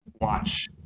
watch